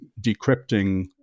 decrypting